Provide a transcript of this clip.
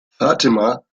fatima